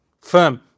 firm